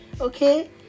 Okay